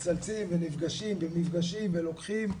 לוקחים ומצלצלים ונפגשים במפגשים ולוקחים,